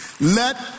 Let